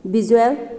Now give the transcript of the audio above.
visual